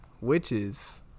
witches